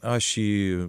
aš jį